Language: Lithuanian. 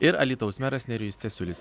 ir alytaus meras nerijus cesiulis